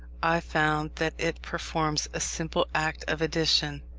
i found that it performs a simple act of addition.